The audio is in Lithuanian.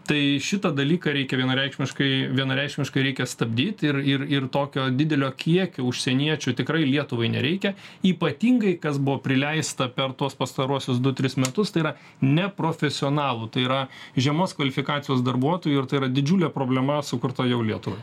tai šitą dalyką reikia vienareikšmiškai vienareikšmiškai reikia stabdyt ir ir ir tokio didelio kiekio užsieniečių tikrai lietuvai nereikia ypatingai kas buvo prileista per tuos pastaruosius du tris metus tai yra neprofesionalų tai yra žemos kvalifikacijos darbuotojų ir tai yra didžiulė problema sukurta jau lietuvai